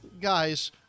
guys